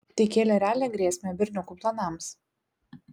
tai kėlė realią grėsmę berniukų planams